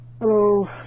Hello